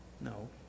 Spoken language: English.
No